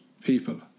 people